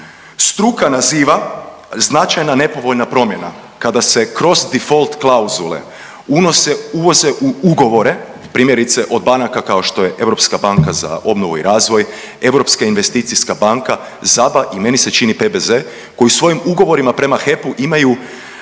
struka naziva značajna nepovoljna promjena. Kada se kroz difolt klauzule unose u ugovore primjerice od banaka kao što je Europska banka za obnovu i razvoj, Europska investicijska banka, ZABA i meni se čini PBZ koji svojim ugovorima prema HEP-u imaju